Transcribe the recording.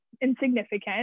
insignificant